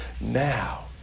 now